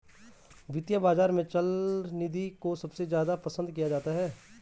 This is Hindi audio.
वित्तीय बाजार में चल निधि को सबसे ज्यादा पसन्द किया जाता है